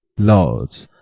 lords,